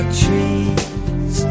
trees